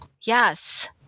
Yes